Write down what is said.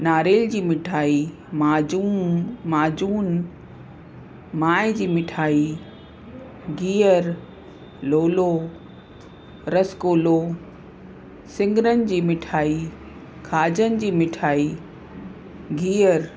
नारेल जी मिठाई माजू माजून मावे जी मिठाई गिहरु लोलो रसगुल्लो सिङरनि जी मिठाई खाजन जी मिठाई गिहरु